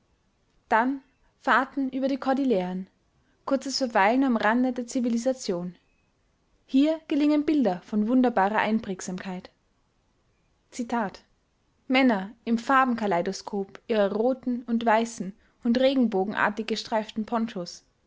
dann fahrten über die kordilleren kurzes verweilen am rande der zivilisation hier gelingen bilder von wunderbarer einprägsamkeit männer im farbenkaleidoskop ihrer roten und weißen und regenbogenartig gestreiften ponchos